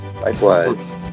Likewise